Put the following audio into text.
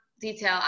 detail